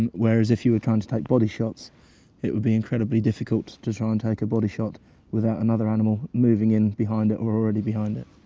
and whereas if you were trying to take body shots it would be incredibly difficult to try and take a body shot without another animal moving in behind it or already behind it.